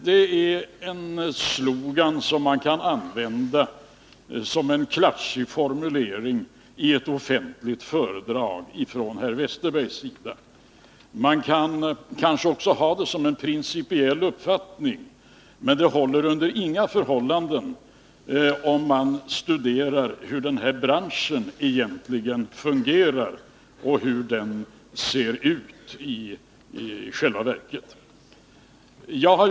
Detta är en slogan som man kan använda som en klatschig formulering i ett offentligt föredrag från herr Westerbergs sida. Man kan kanske också ha det som en principiell uppfattning, men det håller under inga förhållanden om man studerar hur den här branschen egentligen fungerar och hur den i själva verket ser ut.